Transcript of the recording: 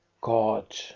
God